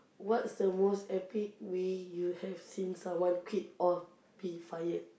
what's the most epic way you have seen someone quit or be fired